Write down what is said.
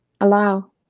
Allow